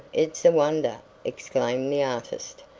it's a wonder, exclaimed the artist,